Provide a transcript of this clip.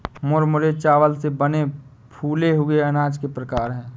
मुरमुरे चावल से बने फूले हुए अनाज के प्रकार है